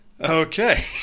okay